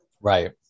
Right